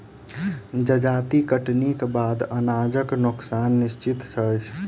जजाति कटनीक बाद अनाजक नोकसान निश्चित अछि